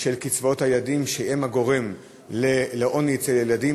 של קצבאות הילדים ביחס לגורם לעוני אצל ילדים.